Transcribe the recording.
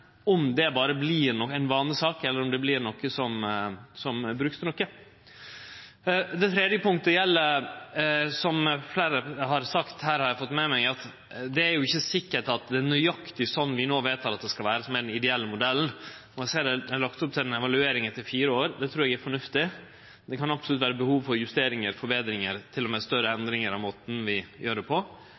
om det berre vert ei vanesak, eller om det vert noko som kan brukast til noko. Det tredje punktet gjeld, som fleire har sagt her, har eg fått med meg, at det ikkje er sikkert at det er nøyaktig slik vi no vedtek at det skal vere, som er den ideelle modellen. Eg ser det er lagt opp til ei evaluering etter fire år, og det trur eg er fornuftig. Det kan absolutt vere behov for justeringar og forbetringar og til og med større endringar av måten vi gjer det på.